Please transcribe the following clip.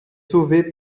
sauvé